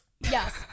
Yes